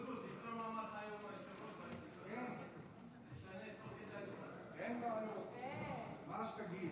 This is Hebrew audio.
כבוד היושב-ראש, כנסת נכבדה, מה נדבר